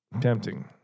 Tempting